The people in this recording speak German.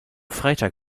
freitag